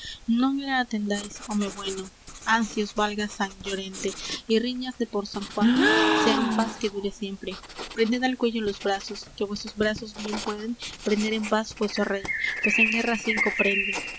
la atendáis home bueno ansí os valga san llorente y riñas de por san juan sean paz que dure siempre prended al cuello los brazos que vuesos brazos bien pueden prender en paz vueso rey pues en guerra cinco prenden